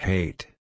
Hate